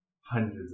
hundreds